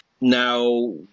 Now